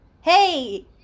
hey